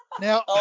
Now